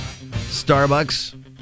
Starbucks